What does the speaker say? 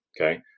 Okay